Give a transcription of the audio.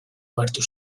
agertu